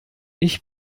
ich